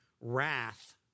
wrath